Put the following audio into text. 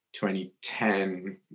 2010